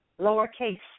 lowercase